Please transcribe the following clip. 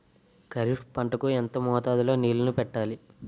ఖరిఫ్ పంట కు ఎంత మోతాదులో నీళ్ళని పెట్టాలి?